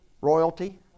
Royalty